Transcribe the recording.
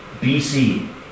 BC